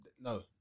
No